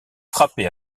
frappé